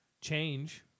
change